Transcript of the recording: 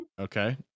okay